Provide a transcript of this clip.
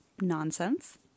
Nonsense